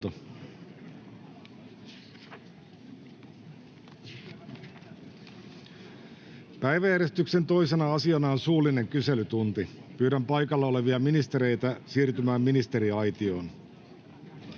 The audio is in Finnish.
Päiväjärjestyksen 2. asiana on suullinen kyselytunti. Pyydän paikalla olevia ministereitä siirtymään ministeriaitioon.